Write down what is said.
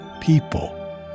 people